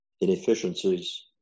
inefficiencies